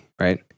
right